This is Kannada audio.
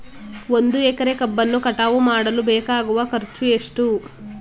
ಒಂದು ಎಕರೆ ಕಬ್ಬನ್ನು ಕಟಾವು ಮಾಡಲು ಬೇಕಾಗುವ ಖರ್ಚು ಎಷ್ಟು?